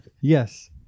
yes